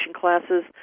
classes